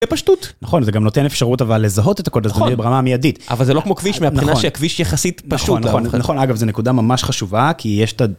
פשטות. נכון זה גם נותן אפשרות אבל לזהות את הכל ברמה מיידית אבל זה לא כמו כביש מבחינה שהכביש יחסית פשוט נכון אגב זה נקודה ממש חשובה כי יש את.